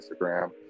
Instagram